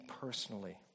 personally